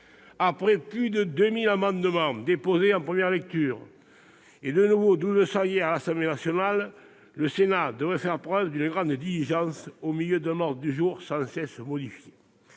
après plus de 2 000 amendements déposés en première lecture et à nouveau 1 200 hier à l'Assemblée nationale, le Sénat devrait faire preuve d'une grande diligence, au milieu d'un ordre du jour sans cesse modifié.